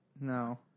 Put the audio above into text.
No